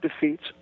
defeats